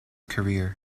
career